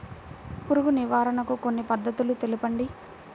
పురుగు నివారణకు కొన్ని పద్ధతులు తెలుపండి?